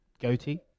goatee